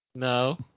No